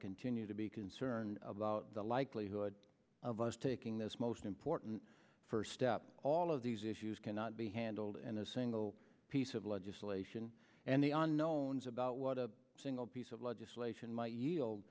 continue to be concerned about the likelihood of us taking this most important first step all of these issues cannot be handled in a single piece of legislation and the unknown is about what a single piece of legislation might yield